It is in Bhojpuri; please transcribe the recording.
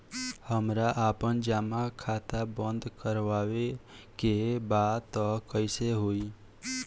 हमरा आपन जमा खाता बंद करवावे के बा त कैसे होई?